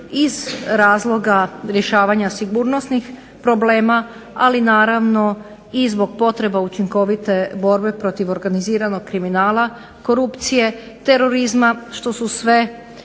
iz razloga rješavanja sigurnosnih problema, ali naravno i zbog potreba učinkovite borbe protiv organiziranog kriminala, korupcije, terorizma što su sve